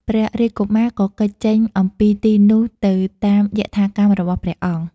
ព្រះរាជកុមារក៏គេចចេញអំពីទីនោះទៅតាមយថាកម្មរបស់ព្រះអង្គ។